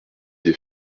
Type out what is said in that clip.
des